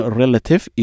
relative